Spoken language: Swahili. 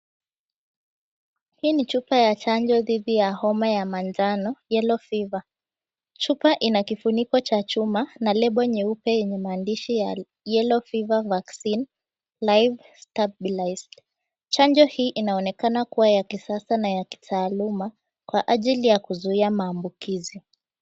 Hii ni chupa ya chanjo dhidi ya homa ya manjano, yellow fever . Chupa ina kifuniko ya chuma na label nyeupe yenye maandishi ya Yellow Fever Vaccine Stabilized. Chanjo hii inaonekana kuwa ya kisasa na ya kitaalamu kwa ajili ya kuzuia maambukizi.